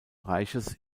reiches